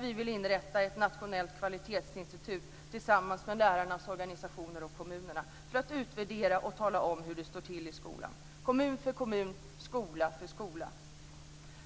Vi vill inrätta ett nationellt kvalitetsinstitut tillsammans med lärarnas organisationer och kommunerna just för att utvärdera och tala om hur det står till i skolan - kommun för kommun och skola för skola.